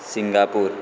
Singapore